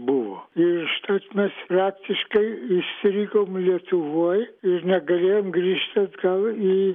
buvo ir užtat mes praktiškai įstrigom lietuvoj ir negalėjom grįžti atgal į